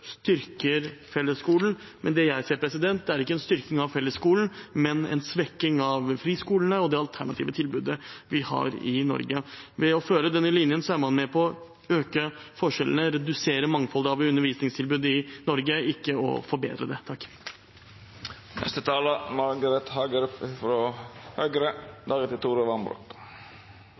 styrker fellesskolen. Det jeg ser, er ikke en styrking av fellesskolen, men en svekking av friskolene og det alternative tilbudet vi har i Norge. Ved å føre denne linjen er man med på å øke forskjellene og redusere mangfoldet av undervisningstilbud i Norge, ikke forbedre det.